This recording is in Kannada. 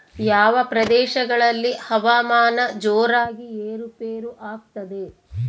ಯಾವ ಪ್ರದೇಶಗಳಲ್ಲಿ ಹವಾಮಾನ ಜೋರಾಗಿ ಏರು ಪೇರು ಆಗ್ತದೆ?